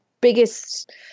biggest